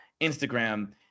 Instagram